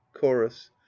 chorus